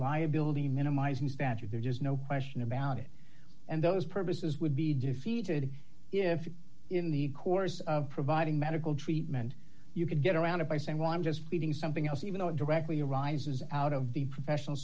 liability minimizing statute there's no question about it and those purposes would be defeated if in the course of providing medical treatment you could get around it by saying well i'm just getting something else even though indirectly arises out of the professional